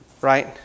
Right